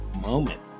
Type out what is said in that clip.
moment